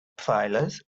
pfeilers